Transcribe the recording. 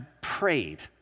prayed